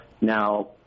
Now